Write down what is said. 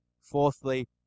Fourthly